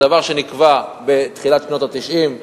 זה דבר שנקבע בתחילת שנות ה-90,